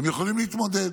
והם יכולים להתמודד.